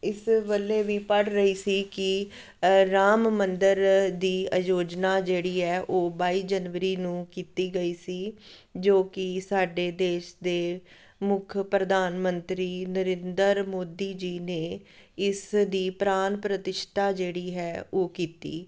ਇਸ ਵੱਲ ਵੀ ਪੜ੍ਹ ਰਹੀ ਸੀ ਕਿ ਰਾਮ ਮੰਦਿਰ ਦੀ ਅਯੋਜਨਾ ਜਿਹੜੀ ਹੈ ਉਹ ਬਾਈ ਜਨਵਰੀ ਨੂੰ ਕੀਤੀ ਗਈ ਸੀ ਜੋ ਕਿ ਸਾਡੇ ਦੇਸ਼ ਦੇ ਮੁੱਖ ਪ੍ਰਧਾਨ ਮੰਤਰੀ ਨਰਿੰਦਰ ਮੋਦੀ ਜੀ ਨੇ ਇਸ ਦੀ ਪ੍ਰਾਨ ਪ੍ਰਤੀਸ਼ਠਾ ਜਿਹੜੀ ਹੈ ਉਹ ਕੀਤੀ